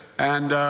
and,